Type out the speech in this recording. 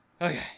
Okay